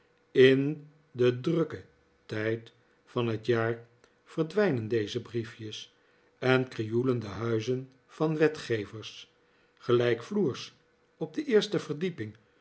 in den drukken tijd van het jaar verdwijnen deze briefjes en krioelen de huizen van wetgevers gelijkvloers op de eerste verdieping